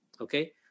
okay